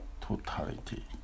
totality